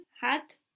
hat